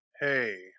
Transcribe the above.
Hey